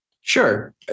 Sure